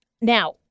Now